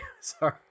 Sorry